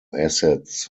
acids